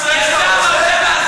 זה מדינת ישראל שאתה רוצה?